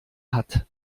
hat